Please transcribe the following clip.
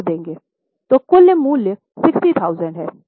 तो कुल मूल्य 60000 है